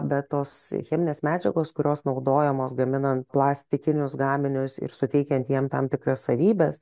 bet tos cheminės medžiagos kurios naudojamos gaminant plastikinius gaminius ir suteikiant jiem tam tikras savybes